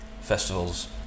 festivals